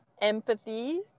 empathy